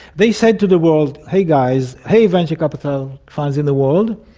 they said to the world, hey guys, hey venture capital funds in the world,